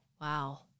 Wow